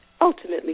ultimately